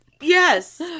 Yes